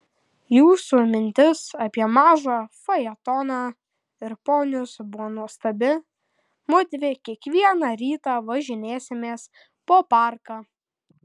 jūsų mintis apie mažą fajetoną ir ponius buvo nuostabi mudvi kiekvieną rytą važinėsimės po parką